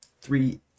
three